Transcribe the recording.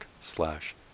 slash